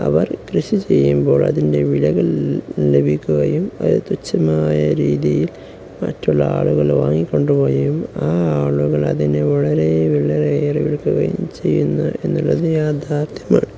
അവർ കൃഷി ചെയ്യുമ്പോൾ അതിൻ്റെ വിളകൾ ലഭിക്കുകയും അ തുച്ഛമായ രീതിയിൽ മറ്റുള്ള ആളുകള് വാങ്ങിക്കൊണ്ടു പോവുകയും ആ ആളുകൾ അതിനെ വളരെ വളരെ വെടുക്കുകയും ചെയ്യുന്നു എന്നുള്ളതു യാഥാർത്ഥ്യമാണ്